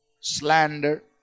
slander